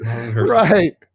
Right